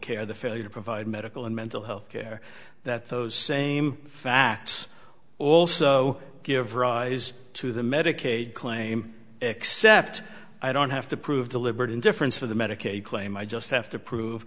care the failure to provide medical and mental health care that those same facts also give rise to the medicaid claim except i don't have to prove deliberate indifference for the medicaid claim i just have to prove